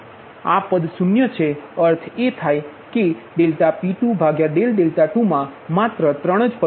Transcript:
તેથી આ પદ 0 છે અર્થ એ થાય કે ત્યા 3 જ પદો છે